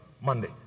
Monday